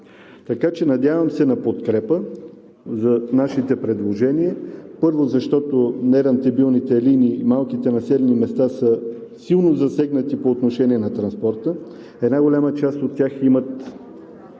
чл. 24. Надявам се на подкрепа за нашите предложения. Първо, защото нерентабилните линии в малките населени места са силно засегнати по отношение на транспорта. Една голяма част от тях имат